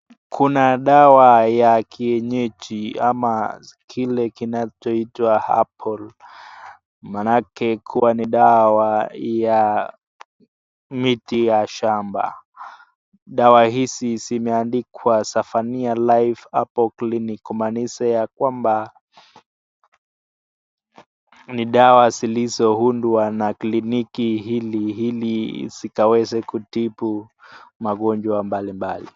Kuna dawa ya kienyeji ama kile kinachoitwa herbal . Maanake kuwa ni dawa ya miti ya shamba. Dawa hizi zimeandikwa Zaphania Life Herbal Clinic , kumaanisha ya kwamba ni dawa zilizohundwa na kliniki hili ili zikaweze kutibu magonjwa mbalimbali.